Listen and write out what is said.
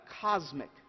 cosmic